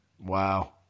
Wow